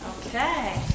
Okay